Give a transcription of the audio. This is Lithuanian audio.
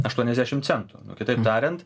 aštuoniasdešim centų kitaip tariant